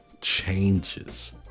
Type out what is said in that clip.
changes